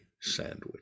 sandwich